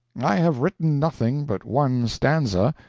i have written nothing but one stanza,